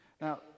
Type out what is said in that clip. Now